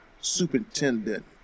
superintendent